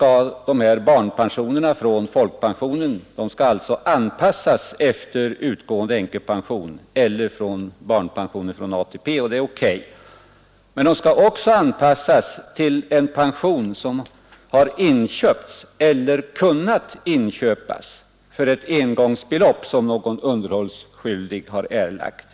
Barnpensioner från folkpensionen skall anpassas efter utgående änkepension eller ATP-pension, och det är riktigt. Men de skall också anpassas till en pension som har köpts eller kunnat inköpas för ett engångsbelopp som någon underhållsskyldig har erlagt.